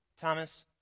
Thomas